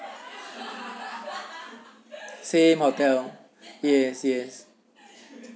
same hotel yes yes